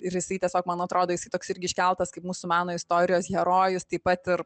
ir jisai tiesiog man atrodo jisai toks irgi iškeltas kaip mūsų meno istorijos herojus taip pat ir